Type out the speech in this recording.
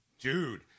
dude